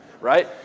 right